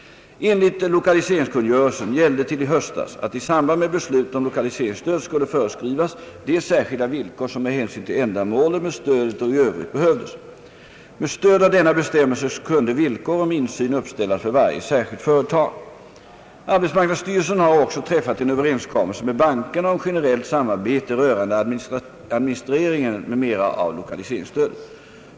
Enligt lokaliseringskungörelsen gällde till i höstas att i samband med beslut om lokaliseringsstöd skulle föreskrivas de särskilda villkor som med hänsyn till ändamålet med stödet och i övrigt behövdes. Med stöd av denna bestämmelse kunde villkor om insyn uppställas för varje särskilt företag. Arbetsmarknadsstyrelsen har också träffat en överenskommelse med bankerna om generellt samarbete rörande administreringen m.m. av lokaliseringsstödet.